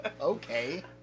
Okay